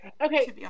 Okay